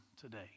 today